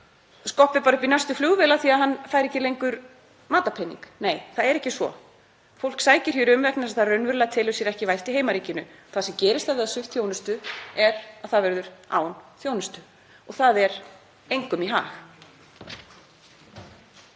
hann, skoppi bara upp í næstu flugvél af því að hann fær ekki lengur matarpening. Nei, það er ekki svo. Fólk sækir hér um vegna þess að það telur sér raunverulega ekki vært í heimaríkinu. Það sem gerist þegar fólk er svipt þjónustu er að það verður án þjónustu og það er engum í hag.